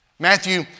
Matthew